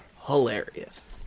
hilarious